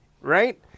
Right